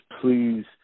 please